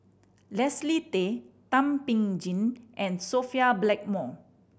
Leslie Tay Thum Ping Tjin and Sophia Blackmore